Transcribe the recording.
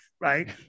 right